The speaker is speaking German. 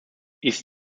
ist